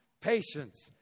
patience